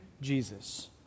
Jesus